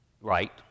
Right